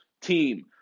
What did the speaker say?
team